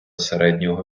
середнього